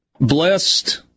blessed